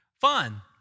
fun